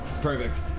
perfect